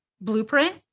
blueprint